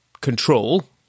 control